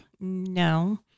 No